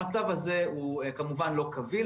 המצב הזה הוא כמובן לא כביל.